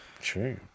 True